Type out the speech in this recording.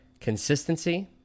consistency